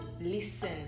listen